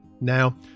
Now